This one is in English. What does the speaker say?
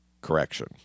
Correction